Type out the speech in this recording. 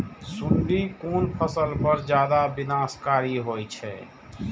सुंडी कोन फसल पर ज्यादा विनाशकारी होई छै?